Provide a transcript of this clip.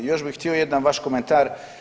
Još bi htio jedan vaš komentar.